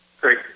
Great